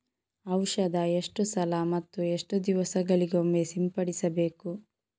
ಔಷಧ ಎಷ್ಟು ಸಲ ಮತ್ತು ಎಷ್ಟು ದಿವಸಗಳಿಗೊಮ್ಮೆ ಸಿಂಪಡಿಸಬೇಕು?